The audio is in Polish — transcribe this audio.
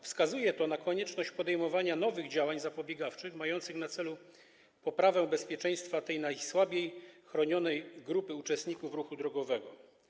Wskazuje to na konieczność podejmowania nowych działań zapobiegawczych mających na celu poprawę bezpieczeństwa tej najsłabiej chronionej grupy uczestników ruchu drogowego.